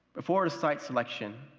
before the site selection,